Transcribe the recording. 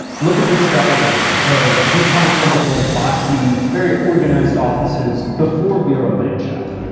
look at this diagram of dupont chemical's boxy, very organized offices before burolandschaft.